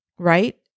right